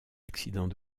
accident